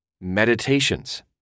Meditations